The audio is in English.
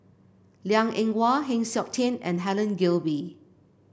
Liang Eng Hwa Heng Siok Tian and Helen Gilbey